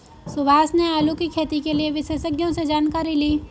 सुभाष ने आलू की खेती के लिए विशेषज्ञों से जानकारी ली